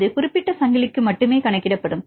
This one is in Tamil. அது குறிப்பிட்ட சங்கிலிக்கு மட்டுமே கணக்கிடப்படும்